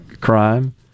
crime